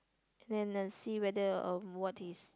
and then uh see whether um what is